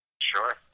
Sure